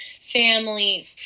family